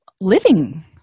living